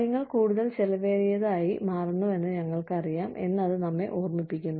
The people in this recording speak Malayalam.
കാര്യങ്ങൾ കൂടുതൽ ചെലവേറിയതായി മാറുന്നുവെന്ന് ഞങ്ങൾക്കറിയാം എന്ന് അത് നമ്മെ ഓർമ്മിപ്പിക്കുന്നു